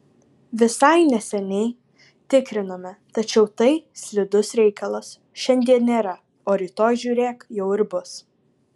visai neseniai tikrinome tačiau tai slidus reikalas šiandien nėra o rytoj žiūrėk jau ir bus